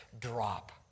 drop